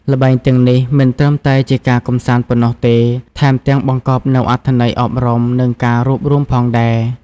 ល្បែងទាំងនេះមិនត្រឹមតែជាការកម្សាន្តប៉ុណ្ណោះទេ ថែមទាំងបង្កប់នូវអត្ថន័យអប់រំ និងការរួបរួមផងដែរ។